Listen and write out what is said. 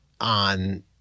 on